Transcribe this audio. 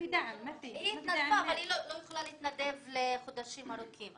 היא התנדבה אבל היא לא יכולה להתנדב לחודשים ארוכים,